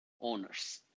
owners